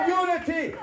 unity